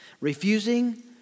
Refusing